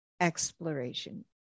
exploration